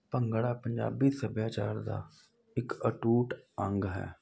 ਭੰਗੜਾ ਪੰਜਾਬੀ ਸੱਭਿਆਚਾਰ ਦਾ ਇੱਕ ਅਟੂਟ ਅੰਗ ਹੈ